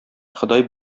ходай